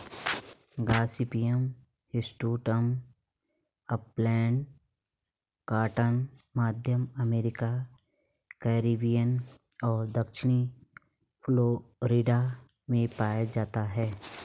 Gossypium hirsutum upland cotton, मध्य America, Caribbean और दक्षिणी फ्लोरिडा में पाया जाता है